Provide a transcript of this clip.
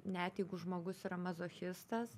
net jeigu žmogus yra mazochistas